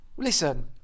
listen